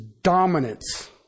dominance